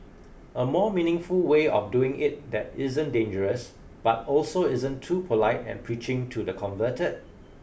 a more meaningful way of doing it that isn't dangerous but also isn't too polite and preaching to the converted